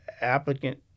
applicant